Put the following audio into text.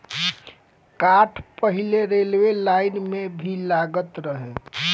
काठ पहिले railway line में भी लागत रहे